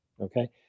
Okay